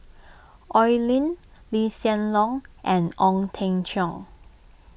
Oi Lin Lee Hsien Loong and Ong Teng Cheong